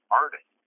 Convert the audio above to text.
artist